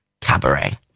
cabaret